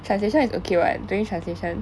translation is okay [what] doing translation